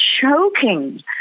choking